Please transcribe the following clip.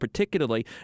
particularly